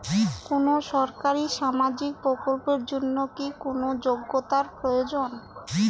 কোনো সরকারি সামাজিক প্রকল্পের জন্য কি কোনো যোগ্যতার প্রয়োজন?